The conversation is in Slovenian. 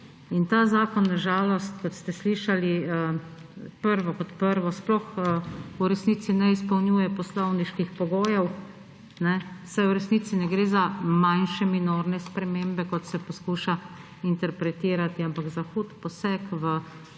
Ta zakon na žalost, kot ste slišali, prvo kot prvo, sploh v resnici ne izpolnjuje poslovniških pogojev, saj v resnici ne gre za manjše, minorne spremembe, kot se poskuša interpretirati, ampak za hud poseg v